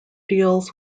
deals